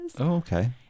okay